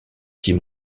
tim